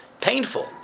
painful